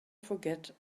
forget